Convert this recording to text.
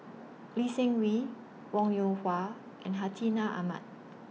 Lee Seng Wee Wong Yoon Wah and Hartinah Ahmad